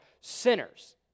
sinners